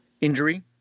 injury